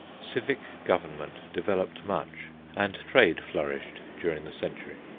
civic government developed much and trade flourished during the century.